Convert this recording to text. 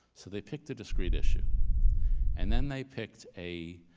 so they picked a discrete issue and then they picked a